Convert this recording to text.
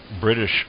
British